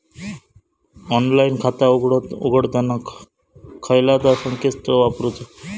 Online खाता उघडताना खयला ता संकेतस्थळ वापरूचा?